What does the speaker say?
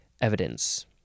evidence